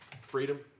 freedom